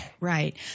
Right